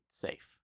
safe